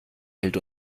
hält